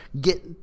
get